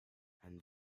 and